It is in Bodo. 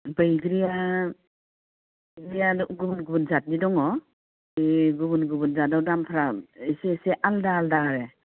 बैग्रिया बैग्रिया गुबुन गुबुन जातनि दङ बे गुबुन गुबुन जातआव दामफ्रा एसे एसे आलादा आलादा आरो